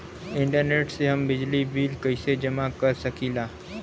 Internet से हम बिजली बिल कइसे जमा कर सकी ला?